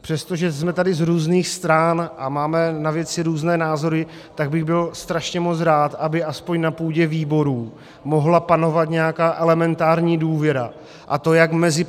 Přestože jsme tu z různých stan a máme na věci různé názory, tak bych byl strašně moc rád, aby aspoň na půdě výborů mohla panovat nějaká elementární důvěra, a to jak mezi